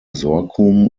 sorghum